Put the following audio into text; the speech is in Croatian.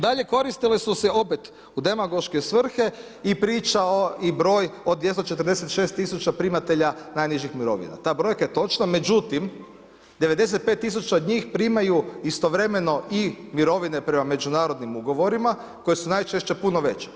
Dalje koristili su se opet u demagoške svrhe i priča i broj o 246 000 primatelja najnižih mirovina, ta brojka je točna, međutim 95 000 od njih primaju istovremeno i mirovine prema međunarodnim ugovorima, koje su najčešće puno veće.